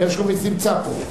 הרשקוביץ נמצא פה.